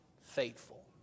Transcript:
faithful